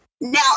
Now